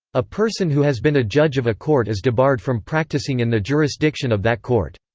a person who has been a judge of a court is debarred from practicing in the jurisdiction of that court.